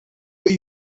what